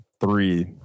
three